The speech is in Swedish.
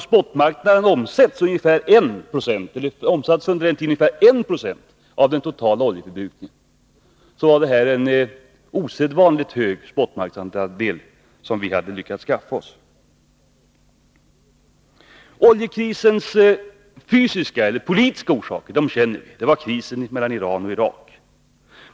Spotmarknaden vid den tiden omsatte ungefär 1 20 av den totala oljeförbrukningen. Oljekrisens politiska orsaker känner vi. Det var kriget mellan Iran och Irak.